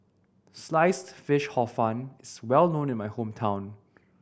Sliced Fish Hor Fun is well known in my hometown